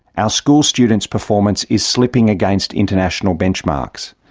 our school students' performance is slipping against international benchmarks.